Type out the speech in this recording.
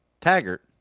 Taggart